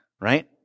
right